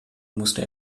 musste